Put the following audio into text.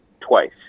twice